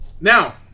Now